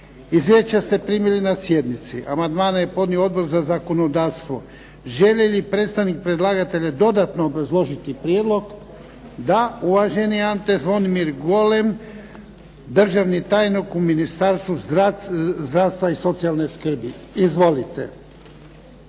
Izvješća ste primili na sjednici. Amandmane je podnio Odbor za zakonodavstvo. Želi li predstavnik predlagatelja dodatno obrazložiti prijedlog? Da. Uvaženi Ante Zvonimir Golem, državni tajnik u Ministarstvu zdravstva i socijalne skrbi. Izvolite.